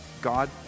God